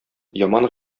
яман